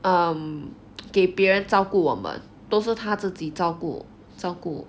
um 给别人照顾我们都是他自己照顾照顾